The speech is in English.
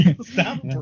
stop